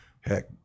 heck